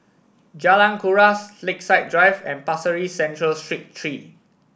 Jalan Kuras Lakeside Drive and Pasir Ris Central Street Three